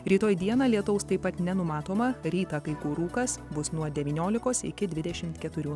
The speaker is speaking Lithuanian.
rytoj dieną lietaus taip pat nenumatoma rytą kai kur rūkas bus nuo devyniolikos iki dvidešimt keturių